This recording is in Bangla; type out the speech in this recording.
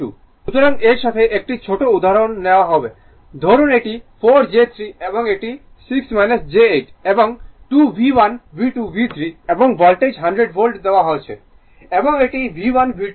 সুতরাং এর সাথে একটি ছোট উদাহরণ নেওয়া হবে ধরুন এটি 4 j 3 এবং এটি 6 j 8 এবং 2 V1 V2 V3 এবং ভোল্টেজ 100 ভোল্ট দেওয়া হয়েছে এবং এটি V1 V2 V3